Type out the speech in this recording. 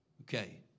Okay